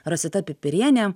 rosita pipirienė